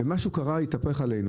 משהו קרה והתהפכו.